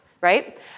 right